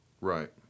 Right